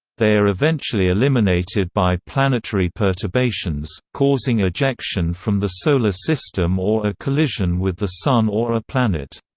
they are eventually eliminated by planetary perturbations, causing ejection from the solar system or a collision with the sun or a planet.